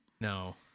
no